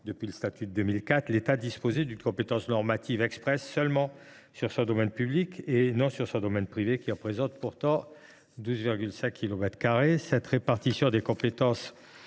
depuis le statut de 2004, l’État disposait d’une compétence normative expresse sur son seul domaine public, et non sur son domaine privé, qui représente pourtant 12,5 kilomètres carrés. Cette répartition des compétences